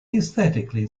aesthetically